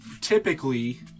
typically